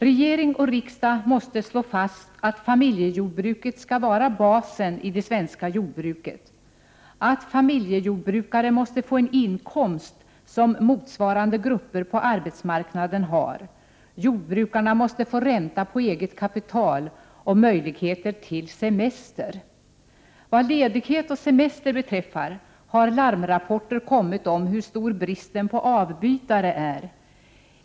Regering och riksdag måste slå fast att familjejordbruket skall vara basen i det svenska jordbruket, att familjejordbrukare måste få en inkomst som motsvarande grupper på arbetsmarknaden har, jordbrukarna måste få ränta på eget kapital och möjligheter till semester. Vad ledighet och semester beträffar har larmrapporter kommit om hur stor bristen på avbytare är.